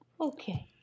Okay